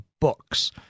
books